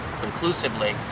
conclusively